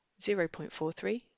0.43